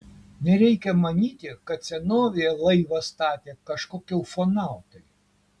nereikia manyti kad senovėje laivą statė kažkokie ufonautai